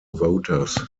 voters